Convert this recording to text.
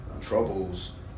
troubles